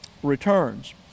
Returns